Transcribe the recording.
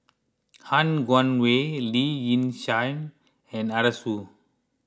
Han Guangwei Lee Yi Shyan and Arasu